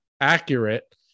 accurate